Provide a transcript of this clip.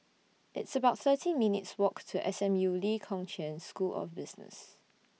It's about thirteen minutes' Walk to S M U Lee Kong Chian School of Business